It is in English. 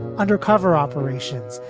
undercover operations,